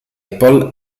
apple